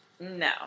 No